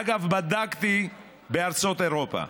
אגב, בדקתי בארצות אירופה,